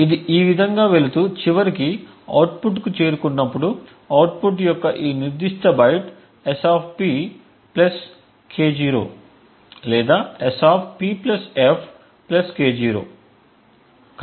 ఇది ఈ విధంగా వెళుతూ చివరకి అవుట్పుట్కు చేరుకున్నప్పుడు అవుట్పుట్ యొక్క ఈ నిర్దిష్ట బైట్ SPK0 లేదా SPfK0